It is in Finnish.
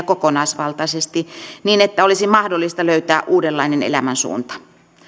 kokonaisvaltaisesti niin että olisi mahdollista löytää uudenlainen elämän suunta